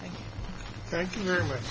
thank you thank you very much